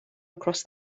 across